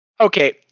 Okay